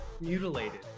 Mutilated